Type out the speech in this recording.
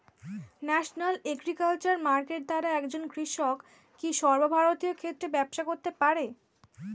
National agriculture market দ্বারা একজন কৃষক কি সর্বভারতীয় ক্ষেত্রে ব্যবসা করতে পারে?